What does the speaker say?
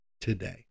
today